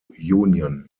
union